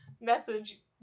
message